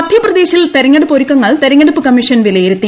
മധ്യപ്രദേശിൽ തെരഞ്ഞെടുപ്പ് ഒരുക്കങ്ങൾ തെരഞ്ഞെടുപ്പ് കമ്മീഷൻ വിലയിരുത്തി